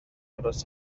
aros